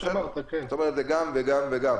זאת אומרת, זה גם, גם וגם.